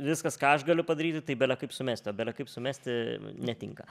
viskas ką aš galiu padaryti tai belekaip sumesti o belekaip sumesti netinka